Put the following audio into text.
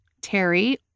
Terry